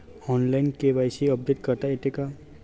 Online KYC update करता येते का?